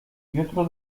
jutro